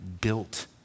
built